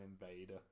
invader